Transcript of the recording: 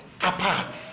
apart